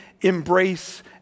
embrace